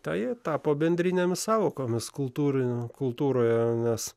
tai tapo bendrinėmis sąvokomis kultūrinio kultūroje nes